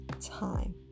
time